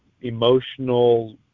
emotional